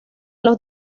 los